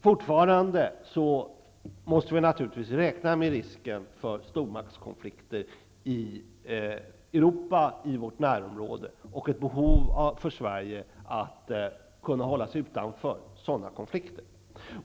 Fortfarande måste vi naturligtvis räkna med risken för stormaktskonflikter i vårt närområde i Europa och att Sverige har ett behov av att kunna hålla sig utanför sådana konflikter.